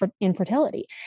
infertility